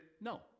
no